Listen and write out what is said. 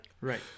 Right